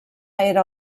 era